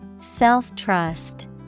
Self-trust